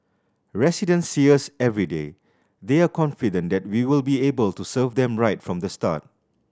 residents see us everyday they are confident that we will be able to serve them right from the start